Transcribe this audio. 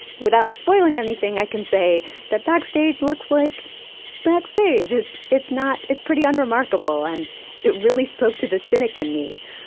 without spoiling anything, i can say that backstage looks like backstage. it's it's not it's pretty unremarkable. and it really spoke to the cynic in me.